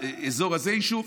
באזור הזה יישוב,